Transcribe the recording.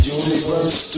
universe